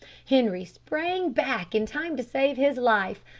henri sprang back in time to save his life,